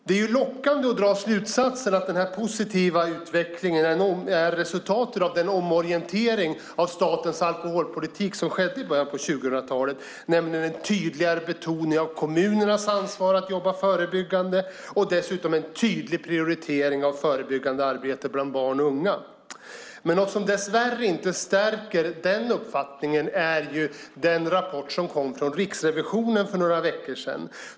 Det är lockande att dra slutsatsen att den positiva utvecklingen är resultatet av den omorientering av statens alkoholpolitik som skedde i början av 2000-talet med en tydligare betoning av kommunernas ansvar att jobba förebyggande och dessutom en tydlig prioritering av förebyggande arbete bland barn och unga. Något som dess värre inte stärker denna uppfattning är den rapport som kom från Riksrevisionen för några veckor sedan.